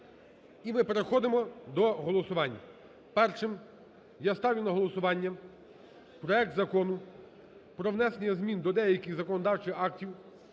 І ми переходимо до голосувань. Першим я ставлю на голосування проект Закону про внесення змін до деяких законодавчих актів